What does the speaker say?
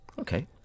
Okay